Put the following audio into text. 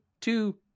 two